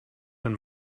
den